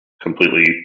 Completely